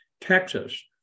Texas